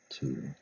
Two